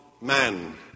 man